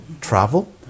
Travel